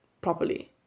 properly